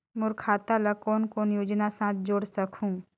मोर खाता ला कौन कौन योजना साथ जोड़ सकहुं?